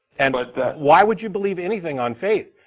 and but why would you believe anything on faith?